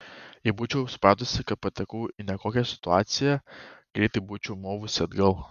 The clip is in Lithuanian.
jei būčiau supratusi kad patekau į nekokią situaciją greitai būčiau movusi atgal